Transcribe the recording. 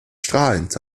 strahlend